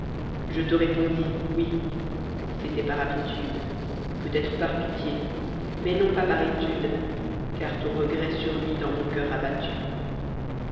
je te répondis oui c'était par habitude peut-être par pitié mais non pas par étude car ton resfret survit dans mon coeur abattu